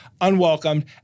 unwelcomed